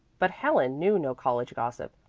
but helen knew no college gossip.